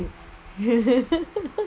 that's it